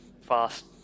fast